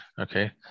Okay